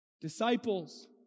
Disciples